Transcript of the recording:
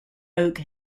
oak